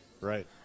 right